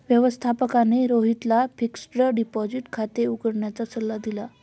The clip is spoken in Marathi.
व्यवस्थापकाने रोहितला फिक्स्ड डिपॉझिट खाते उघडण्याचा सल्ला दिला